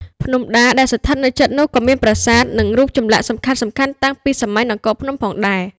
ភ្នំដា ដែលស្ថិតនៅជិតនោះ ក៏មានប្រាសាទ និងរូបចម្លាក់សំខាន់ៗតាំងពីសម័យនគរភ្នំផងដែរ។